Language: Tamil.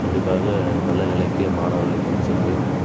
கண்டிப்பாக நல்ல நிலைக்கு என் மாணவர்களை கொண்டு செல்வேன்